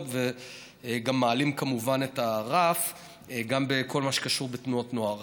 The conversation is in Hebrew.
וגם מעלים כמובן את הרף בכל מה שקשור בתנועות נוער.